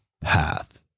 path